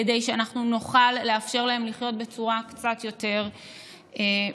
כדי שאנחנו נוכל לאפשר להן לחיות בצורה קצת יותר מרווחת.